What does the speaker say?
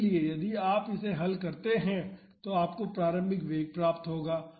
इसलिए यदि आप इसे हल करते हैं तो आपको प्रारंभिक वेग प्राप्त होगा